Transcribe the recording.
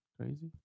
crazy